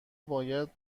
باید